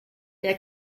der